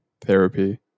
therapy